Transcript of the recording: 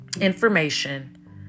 information